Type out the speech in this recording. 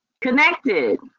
connected